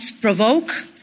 provoke